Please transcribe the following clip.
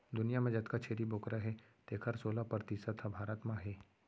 दुनियां म जतका छेरी बोकरा हें तेकर सोला परतिसत ह भारत म हे